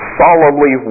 solemnly